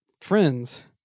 friends